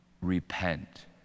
repent